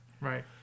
Right